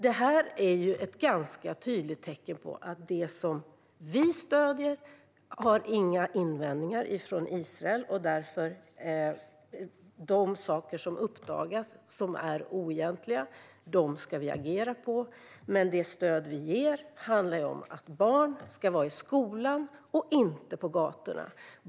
Detta är ett ganska tydligt tecken på att det som vi stöder inte möts av invändningar från Israel. De oegentligheter som uppdagas ska vi agera mot, men det stöd vi ger handlar om att barn ska vara i skolan och inte på gator.